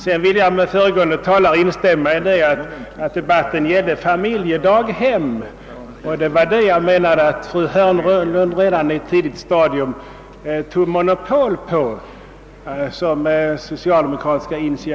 Jag vill instämma med föregående talare i att debatten att vad vi diskuterar är familjedaghem, och jag menade att fru Hörnlund redan på ett tidigt stadium tog monopol på de initiativen för socialdemokraternas räkning.